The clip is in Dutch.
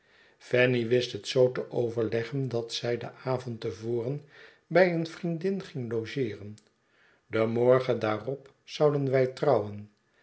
fanny wist het zoo te overleggen dat zij den avond te voren by een vriendin ging logeeren den morgen daarop zouden wij trouwen